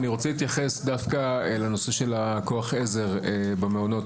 אני רוצה להתייחס דווקא לנושא של כוח העזר במעונות.